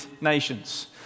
nations